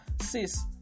Sis